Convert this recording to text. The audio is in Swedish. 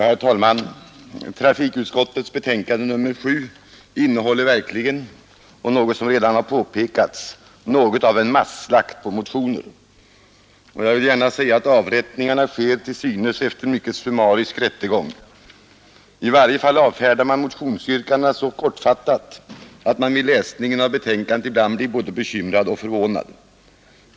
Herr talman! Trafikutskottets betänkande nr 7 innehåller verkligen, såsom redan påpekats, något av en masslakt på motioner. Avrättningarna sker efter en till synes mycket summarisk rättegång. I varje fall avfärdas motionsyrkandena så kortfattat att man vid läsningen av betänkandet ibland blir både bekymrad och förvånad.